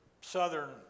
southern